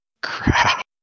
Crap